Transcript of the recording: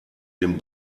den